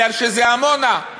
כי זה עמונה.